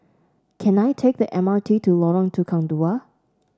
can I take the M R T to Lorong Tukang Dua